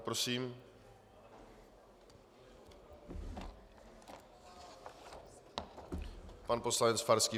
Prosím, pan poslanec Farský.